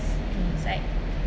mm